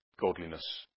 godliness